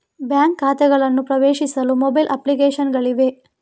bank ಖಾತೆಗಳನ್ನು ಪ್ರವೇಶಿಸಲು mobile application ಗಳಿವೆ